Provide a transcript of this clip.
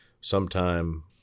sometime